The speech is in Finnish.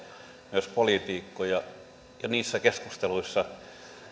myös poliitikkoja ja niissä keskusteluissa